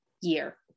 year